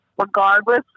regardless